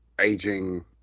aging